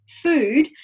food